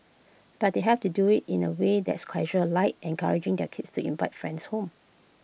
but they have to do IT in A way that's casual like encouraging their kids to invite friends home